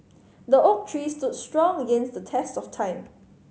the oak tree stood strong against the test of time